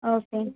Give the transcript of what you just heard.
okay అండి